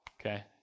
okay